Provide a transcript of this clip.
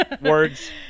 words